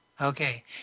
Okay